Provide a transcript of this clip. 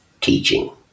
teaching